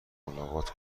ملاقات